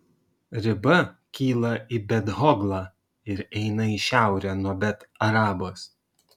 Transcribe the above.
riba kyla į bet hoglą ir eina į šiaurę nuo bet arabos